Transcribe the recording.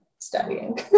studying